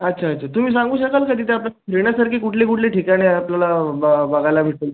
अच्छा अच्छा तुम्ही सांगू शकाल का तिथे आता फिरण्यासारखी कुठली कुठली ठिकाणे आपल्याला ब बघायला भेटेल